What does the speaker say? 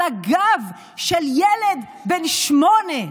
על הגב של ילד בן שמונה.